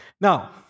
Now